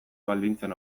baldintzen